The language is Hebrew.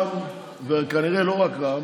שרע"מ, וכנראה לא רק רע"מ,